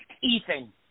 Ethan